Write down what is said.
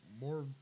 more